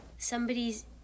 somebody's